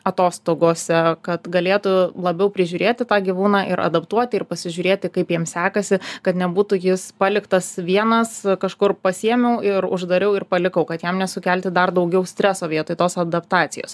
atostogose kad galėtų labiau prižiūrėti tą gyvūną ir adaptuoti ir pasižiūrėti kaip jiem sekasi kad nebūtų jis paliktas vienas kažkur pasiėmiau ir uždariau ir palikau kad jam nesukelti dar daugiau streso vietoj tos adaptacijos